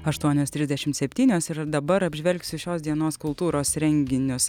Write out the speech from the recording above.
aštuonios trisdešimt septynios ir dabar apžvelgsiu šios dienos kultūros renginius